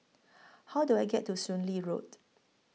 How Do I get to Soon Lee Road